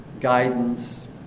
guidance